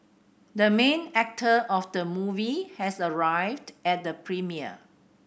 the main actor of the movie has arrived at the premiere